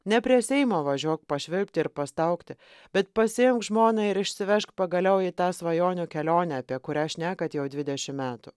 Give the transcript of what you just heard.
ne prie seimo važiuok pašvilpti ir pastaugti bet pasiimk žmoną ir išsivežk pagaliau į tą svajonių kelionę apie kurią šnekat jau dvidešim metų